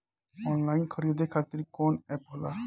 Online खरीदे खातीर कौन एप होला?